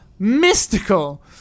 Mystical